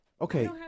Okay